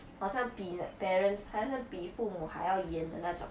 好像比 parents 还是比父母还要严的那种